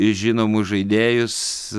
žinomus žaidėjus